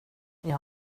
jag